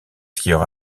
skieur